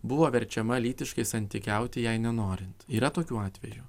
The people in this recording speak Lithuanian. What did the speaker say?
buvo verčiama lytiškai santykiauti jai nenorint yra tokių atvejų